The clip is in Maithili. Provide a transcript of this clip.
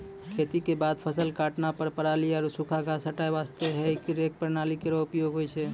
खेती क बाद फसल काटला पर पराली आरु सूखा घास हटाय वास्ते हेई रेक प्रणाली केरो उपयोग होय छै